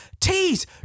tease